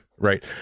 right